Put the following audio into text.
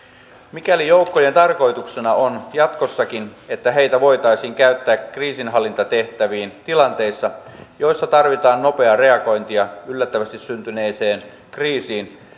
mikäli joukkojen tarkoituksena on jatkossakin että heitä voitaisiin käyttää kriisinhallintatehtäviin tilanteissa joissa tarvitaan nopeaa reagointia yllättävästi syntyneeseen kriisin